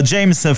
James